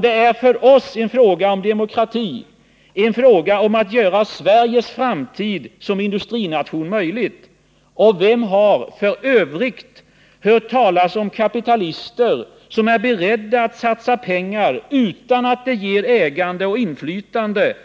Det är för oss en fråga om demokrati, en fråga om att göra Sveriges framtid som industrination möjlig. Vem har f. ö. hört talas om kapitalister som är beredda att satsa pengar utan att det ger ägande och inflytande?